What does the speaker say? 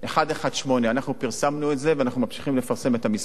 118. אנחנו פרסמנו את זה ואנחנו ממשיכים לפרסם את המספר הזה,